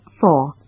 Four